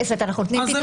לא יהיה.